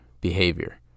behavior